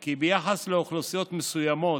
כי ביחס לאוכלוסיות מסוימות,